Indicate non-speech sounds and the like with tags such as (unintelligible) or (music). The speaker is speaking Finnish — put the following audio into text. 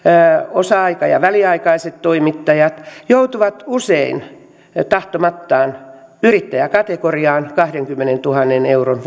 osa aika ja väliaikaiset toimittajat joutuvat usein tahtomattaan yrittäjäkategoriaan kahdenkymmenentuhannen euron (unintelligible)